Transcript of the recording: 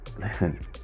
Listen